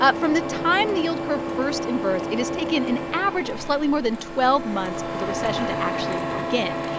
ah from the time the yield curve first inverts, it has taken an average of slightly more than twelve months for the recession to actually begin.